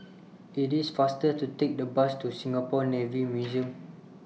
IT IS faster to Take The Bus to Singapore Navy Museum